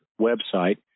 website